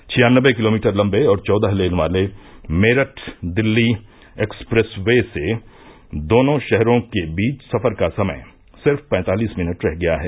छियान्नबे kilometre लंबे और चौदह लेन वाले दिल्ली मेरठ एक्सप्रेस वे से दोनों शहरों के बीच सफर का समय सिर्फ पैंतालीस मिनट रह गया है